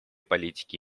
политики